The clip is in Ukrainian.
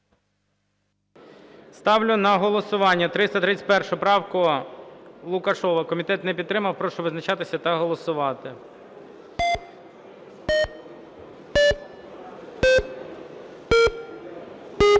Ставлю на голосування 331 правку Лукашева. Комітет не підтримав. Прошу визначатися та голосувати. 12:53:45